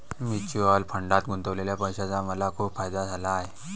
mutual फंडात गुंतवलेल्या पैशाचा मला खूप फायदा झाला आहे